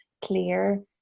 clear